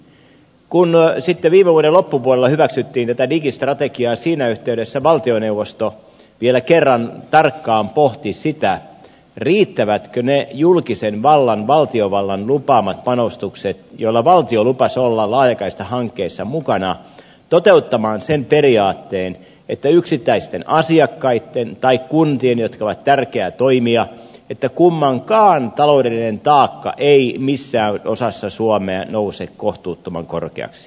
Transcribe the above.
kun sitten viime vuoden loppupuolella hyväksyttiin tätä digistrategiaa siinä yhteydessä valtioneuvosto vielä kerran tarkkaan pohti sitä riittävätkö ne julkisen vallan valtiovallan lupaamat panostukset joilla valtio lupasi olla laajakaistahankkeissa mukana toteuttamaan sen periaatteen että yksittäisten asiakkaitten tai kuntien jotka ovat tärkeä toimija kummankaan taloudellinen taakka ei missään osassa suomea nouse kohtuuttoman korkeaksi